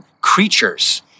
creatures